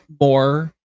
more